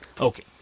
Okay